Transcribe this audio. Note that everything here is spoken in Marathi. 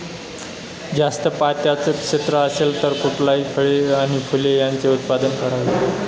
जास्त पात्याचं क्षेत्र असेल तर कुठली फळे आणि फूले यांचे उत्पादन करावे?